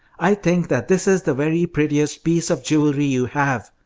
i think that this is the very prettiest piece of jewelry you have,